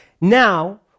Now